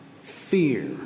fear